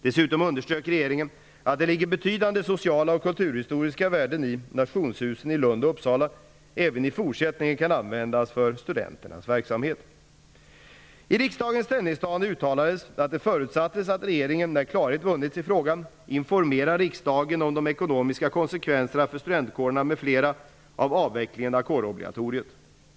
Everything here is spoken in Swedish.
Dessutom underströk regeringen att det ligger betydande sociala och kulturhistoriska värden i att nationshusen i Lund och Uppsala även i fortsättningen kan användas för studenternas verksamhet. I riksdagens ställningstagande uttalades att det förutsattes att regeringen, när klarhet vunnits i frågan, informerar riksdagen om de ekonomiska konsekvenserna för studentkårerna m.fl. av avvecklingen av kårobligatoriet.